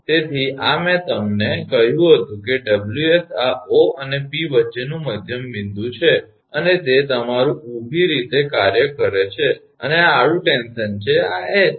તેથી આ મેં તમને કહ્યું હતું કે 𝑊𝑠 આ 𝑂 અને 𝑃 વચ્ચેનું મધ્યમ બિંદુ છે અને તે તમારુ ઊભી રીતે કાર્ય કરે છે અને આ આડું ટેન્શન છે આ 𝐻 છે